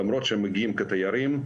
למרות שמגיעים כתיירים,